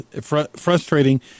Frustrating